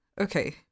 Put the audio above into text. okay